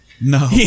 No